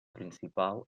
principal